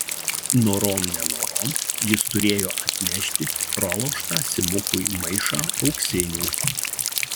norom nenorom jis turėjo atnešti praloštą simukui maišą auksinių